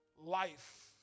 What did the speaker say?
life